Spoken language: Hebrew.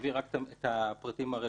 ויעביר רק את הפרטים הרלוונטיים.